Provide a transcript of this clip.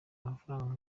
amafaranga